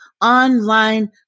online